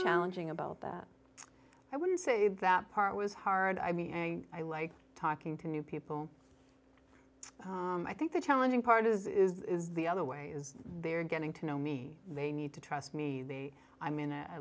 challenging about that i wouldn't say that part was hard i mean i like talking to new people i think the challenging part is the other way is they're getting to know me they need to trust me they i'm in